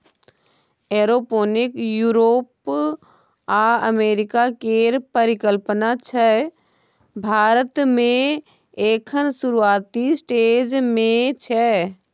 aeroponic Europe आ America केर परिकल्पना छै भारत मे एखन शुरूआती स्टेज मे छै